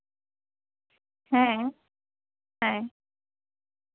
ᱦᱮᱸ ᱦᱮᱸ